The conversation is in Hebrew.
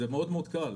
זה מאוד מאוד קל,